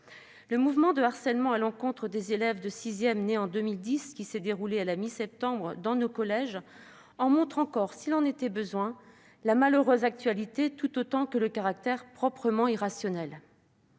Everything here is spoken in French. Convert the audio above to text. Le mouvement de harcèlement à l'encontre des élèves de sixième nés en 2010, survenu à la mi-septembre dans nos collèges, en montre encore, s'il en était besoin, la malheureuse actualité, tout autant que le caractère proprement irrationnel.